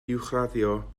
uwchraddio